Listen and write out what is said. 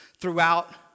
throughout